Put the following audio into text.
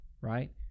right